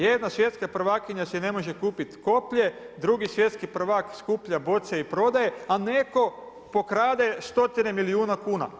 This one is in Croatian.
Jedna svjetska prvakinja si ne može kupiti koplje, drugi svjetski prvak skuplja boce i prodaje, a netko pokrade stotine milijuna kuna.